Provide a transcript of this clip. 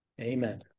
Amen